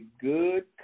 good